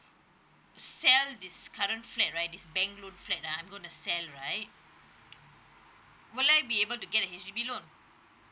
sell this current flat right this bank loan flat ah I'm gonna sell right would I be able to get a H_D_B loan